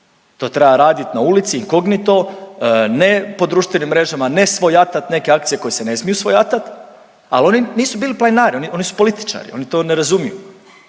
to treba raditi na ulici, inkognito, ne po društvenim mrežama, ne svojatat neke akcije koje se ne smiju svojatati, ali oni nisu bili planinari oni su političari, oni to ne razumiju,